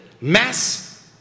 mass